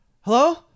Hello